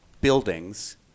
buildings